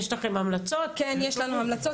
בפגישה הראשונה